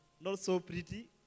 not-so-pretty